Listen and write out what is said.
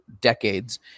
decades